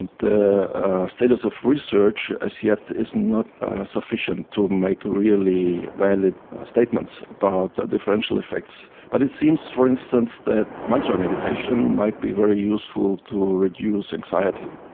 the status of research as yet is not sufficient is to make really valid statements about the differential effects. but it seems, for instance, that mantra meditation might be very useful to ah reduce anxiety.